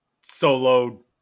solo